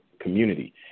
community